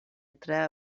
tre